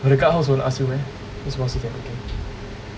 but the guard house won't ask you meh 为什么四点 book in